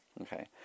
okay